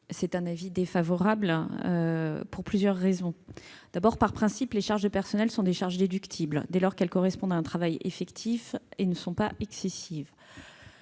émet un avis défavorable, pour plusieurs raisons. D'abord, par principe, les charges de personnels sont déductibles dès lors qu'elles correspondent à un travail effectif et ne sont pas excessives.